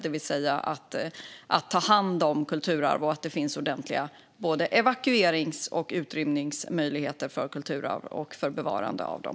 Det handlar alltså om att ta hand om kulturarv och om att det ska finnas ordentliga evakuerings och utrymningsmöjligheter för kulturarv och bevarande av dem.